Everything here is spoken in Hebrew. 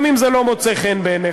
גם אם זה לא מוצא חן בעיניך.